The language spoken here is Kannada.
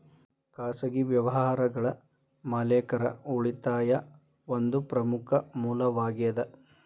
ಖಾಸಗಿ ವ್ಯವಹಾರಗಳ ಮಾಲೇಕರ ಉಳಿತಾಯಾ ಒಂದ ಪ್ರಮುಖ ಮೂಲವಾಗೇದ